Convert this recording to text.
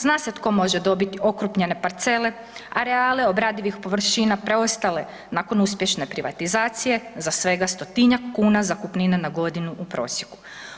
Zna se tko može dobiti okrupnjene parcele, areale obradivih površina preostale nakon uspješne privatizacije za svega stotinjak kuna zakupnine na godinu u prosjeku.